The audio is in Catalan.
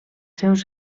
seus